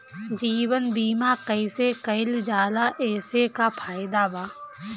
जीवन बीमा कैसे कईल जाला एसे का फायदा बा?